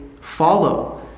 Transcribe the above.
follow